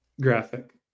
graphic